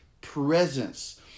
presence